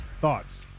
Thoughts